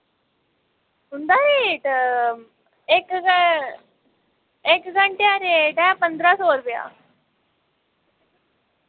उं'दा रेट इक क इक घंटे दा रेट ऐ पन्दरां सौ रपेआ